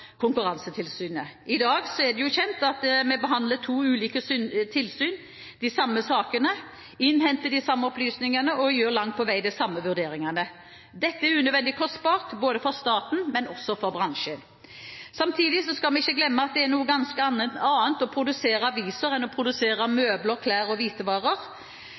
Konkurransetilsynet. I dag behandler som kjent to ulike tilsyn de samme sakene, innhenter de samme opplysningene og gjør langt på vei de samme vurderingene. Dette er unødvendig kostbart, både for staten og for bransjen. Samtidig skal vi ikke glemme at det er noe ganske annet å produsere aviser enn å produsere møbler, klær og hvitevarer.